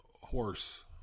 horse